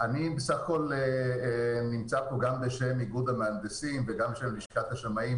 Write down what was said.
אני נמצא פה גם בשם איגוד המהנדסים וגם בשם לשכת השמאים.